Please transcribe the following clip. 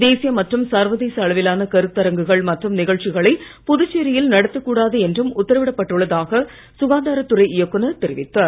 தேசிய மற்றும் சர்வதேச அளவிலான கருத்தரங்குகள் மற்றும் நிகழ்ச்சிகளை புதுச்சேரியில் நடத்தக் கூடாது என்றும் உத்தரவிட்டுள்ளதாக சுகாதாரத்துறை இயக்குநர் தெரிவித்துள்ளார்